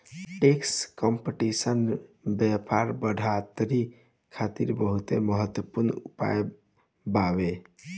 tax competition व्यापार बढ़ोतरी खातिर बहुत महत्वपूर्ण उपाय बावे